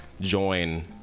Join